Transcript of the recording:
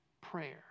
prayer